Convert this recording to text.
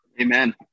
Amen